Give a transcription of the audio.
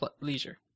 leisure